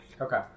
Okay